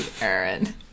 Aaron